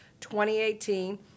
2018